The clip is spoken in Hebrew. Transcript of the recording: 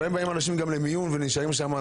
אנשים באים לפעמים גם למיון והם נשארים שם.